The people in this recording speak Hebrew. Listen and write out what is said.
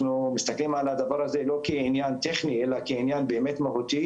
אנחנו מסתכלים על הדבר הזה לא כעניין טכני אלא כעניין באמת מהותי